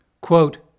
Quote